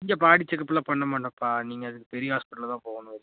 இங்கே பாடி செக்கப்லாம் பண்ணமாட்டோம்ப்பா நீங்கள் அதுக்கு பெரிய ஹாஸ்பிடல் தான் போகணும் வெளியே